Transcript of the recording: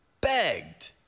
Begged